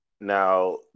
now